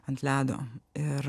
ant ledo ir